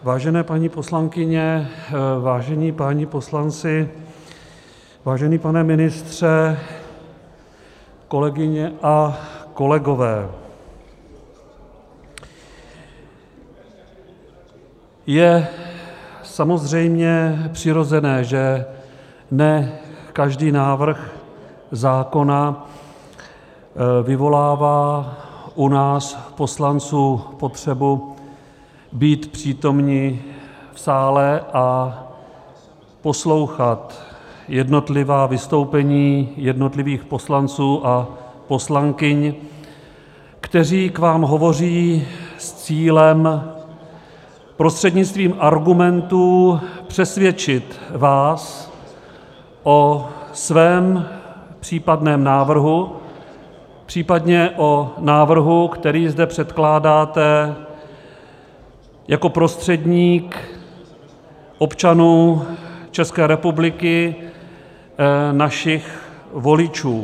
Vážené paní poslankyně, vážení páni poslanci, vážený pane ministře, kolegyně a kolegové, je samozřejmě přirozené, že ne každý návrh zákona vyvolává u nás poslanců potřebu být přítomni v sále a poslouchat jednotlivá vystoupení jednotlivých poslanců a poslankyň, kteří k vám hovoří s cílem prostřednictvím argumentů vás přesvědčit o svém případném návrhu, případně o návrhu, který zde předkládáte jako prostředník občanů České republiky, našich voličů.